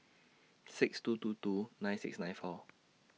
six two two two nine six nine four